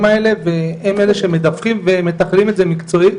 האלה והם אלה שמדווחים והם מטפלים בזה מקצועית.